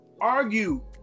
argue